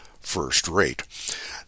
first-rate